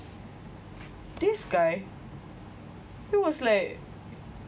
this guy he was like